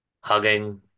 hugging